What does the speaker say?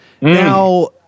Now